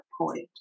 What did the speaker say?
point